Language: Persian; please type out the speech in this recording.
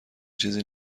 چیزی